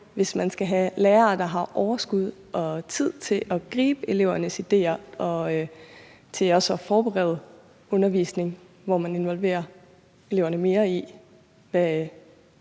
sig gøre at have lærere, der har overskud og tid til at gribe elevernes idéer og også til at forberede undervisning, hvor man involverer eleverne mere, både